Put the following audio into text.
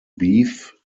beef